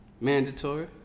Mandatory